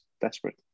desperate